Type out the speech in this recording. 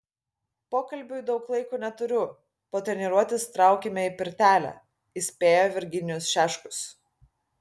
pokalbiui daug laiko neturiu po treniruotės traukiame į pirtelę įspėjo virginijus šeškus